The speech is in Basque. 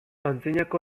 antzinako